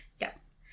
yes